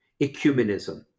Ecumenism